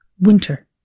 Winter